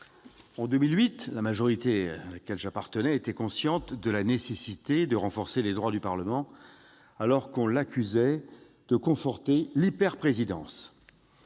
en 2008, la majorité à laquelle j'appartenais, consciente de la nécessité de renforcer les droits du Parlement, et alors qu'on l'accusait de conforter « l'hyperprésidence